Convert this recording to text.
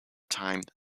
time